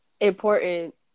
important